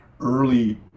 early